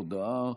הודעה: